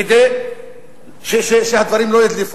כדי שהדברים לא ידלפו.